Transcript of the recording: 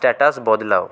status বদলাও